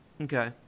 Okay